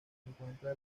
encuentra